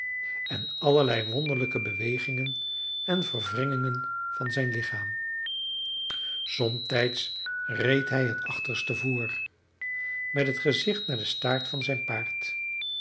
en allerlei wonderlijke bewegingen en verwringingen van zijn lichaam somtijds reed hij het achterste voor met het gezicht naar den staart van zijn paard